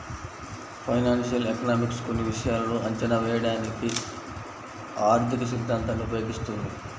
financial economics కొన్ని విషయాలను అంచనా వేయడానికి ఆర్థికసిద్ధాంతాన్ని ఉపయోగిస్తుంది